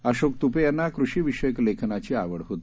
अशोक तुपे यांना कृषी विषयक लेखनाची आवड होती